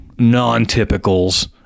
non-typicals